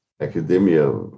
academia